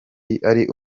ari